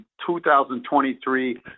2023